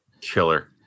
killer